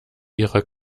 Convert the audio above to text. ihrer